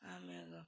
ಆಮ್ಯಾಗ